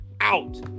out